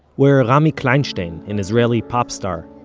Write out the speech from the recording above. where rami kleinstein, an israeli pop star,